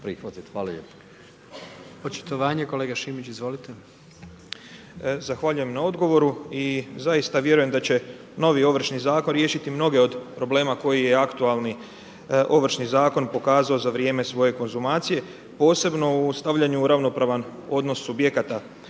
Šimić, izvolite. **Šimić, Marko (HDZ)** Zahvaljujem na odgovoru i zaista vjerujem da će novi Ovršni zakon riješiti mnoge od problema koji je aktualni Ovršni zakon pokazao za vrijeme svoje konzumacije, posebno u stavljanju u ravnopravan odnos subjekata